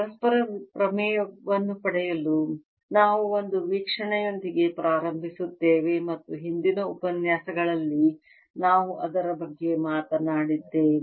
ಪರಸ್ಪರ ಪ್ರಮೇಯವನ್ನು ಪಡೆಯಲು ನಾವು ಒಂದು ವೀಕ್ಷಣೆಯೊಂದಿಗೆ ಪ್ರಾರಂಭಿಸುತ್ತೇವೆ ಮತ್ತು ಹಿಂದಿನ ಉಪನ್ಯಾಸಗಳಲ್ಲಿ ನಾವು ಅದರ ಬಗ್ಗೆ ಮಾತನಾಡಿದ್ದೇವೆ